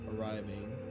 arriving